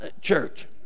Church